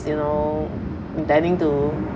you know intending to